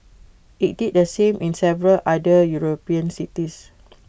IT did the same in several other european cities